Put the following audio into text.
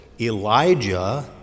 Elijah